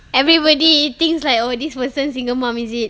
everybody e~ thinks like oh this person single mum is it